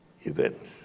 events